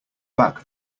back